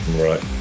Right